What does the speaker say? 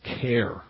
care